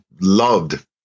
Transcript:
loved